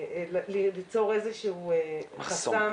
יכול ליצור איזשהו חסם.